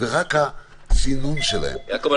ורק הסינון שלהם --- יעקב,